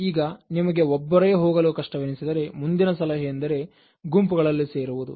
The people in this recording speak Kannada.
ಈಗ ನಿಮಗೆ ಒಬ್ಬರೇ ಹೋಗಲು ಕಷ್ಟವೆನಿಸಿದರೆ ಮುಂದಿನ ಸಲಹೆಯೆಂದರೆ ಗುಂಪುಗಳಲ್ಲಿ ಸೇರುವುದು